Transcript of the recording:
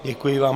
Děkuji vám.